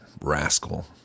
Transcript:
rascal